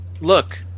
look